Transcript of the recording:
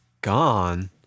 Gone